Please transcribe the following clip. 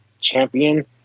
Champion